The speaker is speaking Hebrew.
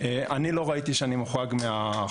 אני לא ראיתי שאני מוחרג מהחוק,